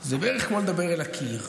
זה בערך כמו לדבר אל הקיר,